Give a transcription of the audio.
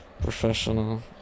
professional